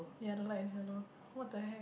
ya don't like ya lor what the heck